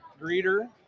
Greeter